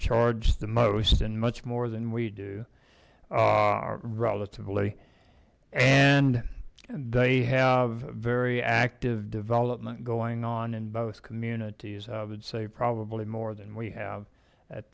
charge the most and much more than we do relatively and they have very active development going on in both communities i would say probably more than we have at